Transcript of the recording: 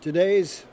Today's